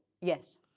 yes